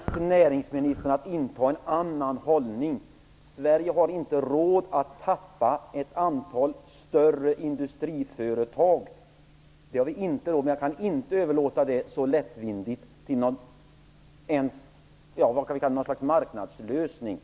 Fru talman! Jag vädjar till näringsministern att inta en annan hållning. Sverige har inte råd att tappa ett antal större industriföretag. Jag kan inte överlåta det här så lättvindigt till något slags marknadslösning.